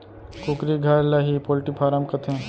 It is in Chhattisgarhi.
कुकरी घर ल ही पोल्टी फारम कथें